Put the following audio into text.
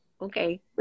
okay